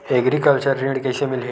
Agriculture ऋण कइसे मिलही?